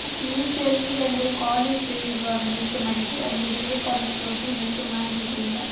ಪಿಯುಸಿಯಲ್ಲಿ ಅಂದರೆ college day ಇರುವಾಗ ನೃತ್ಯ ಮಾಡಿದ್ದೆ ಅಂದರೆ ಬೇರೆ ಕಾಲೇಜ್ಗೆ ಹೋಗಿ ನೃತ್ಯ ಮಾಡಿರಲಿಲ್ಲ